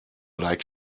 like